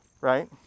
right